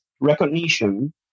recognition